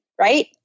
right